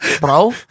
Bro